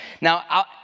Now